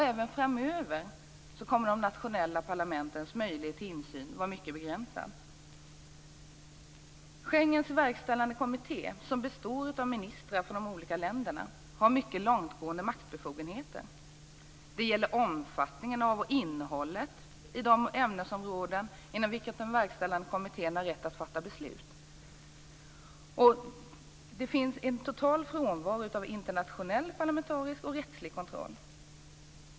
Även framöver kommer de nationella parlamentens möjligheter till insyn att vara mycket begränsad. Schengens verkställande kommitté, som består av ministrar från de olika länderna, har mycket långtgående maktbefogenheter. Det gäller omfattningen av och innehållet i de ämnesområden inom vilket den verkställande kommittén har rätt att fatta beslut. Det är en total frånvaro av internationell parlamentarisk och rättslig kontroll.